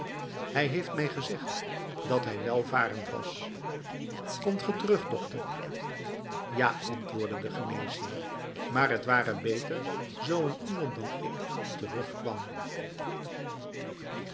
hij heeft mij gezegd dat hij welvarend was komt ge terug dokter ja antwoordde de geneesheer maar t ware beter zoo een ander dan ik terugkwam